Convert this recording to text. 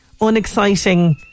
unexciting